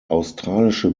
australische